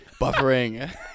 buffering